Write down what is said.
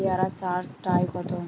পেয়ারা চার টায় কত?